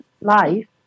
life